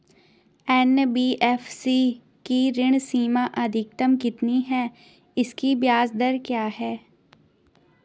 NBFC की ऋण सीमा अधिकतम कितनी है इसकी ब्याज दर क्या है?